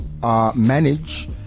manage